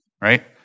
right